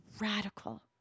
radical